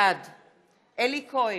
בעד אלי כהן,